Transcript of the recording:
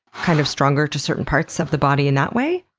kind of, stronger to certain parts of the body in that way?